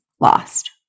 lost